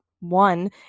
One